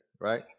right